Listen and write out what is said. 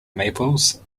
maples